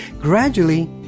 Gradually